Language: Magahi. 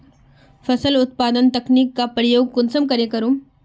फसल उत्पादन तकनीक का प्रयोग कुंसम करे करूम?